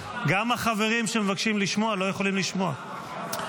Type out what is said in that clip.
גם החברים שמבקשים לשמוע לא יכולים לשמוע.